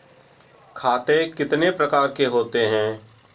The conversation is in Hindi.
खाते कितने प्रकार के होते हैं?